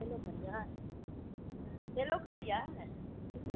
hello करियै hello करियै